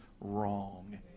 wrong